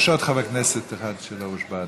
יש עוד חבר כנסת אחד שלא הושבע עדיין.